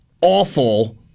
awful